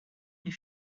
they